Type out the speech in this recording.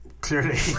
clearly